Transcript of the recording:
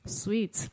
sweet